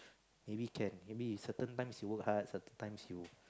maybe can maybe if certain times you work hard certain times you